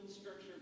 structure